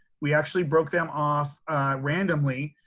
we actually broke them off randomly,